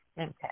Okay